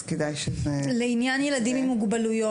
אז כדאי שזה --- לעניין ילדים עם מוגבלויות,